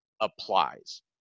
applies